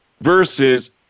versus